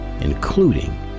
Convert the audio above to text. including